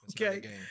Okay